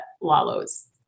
Lalo's